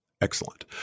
Excellent